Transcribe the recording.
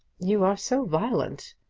you are so violent.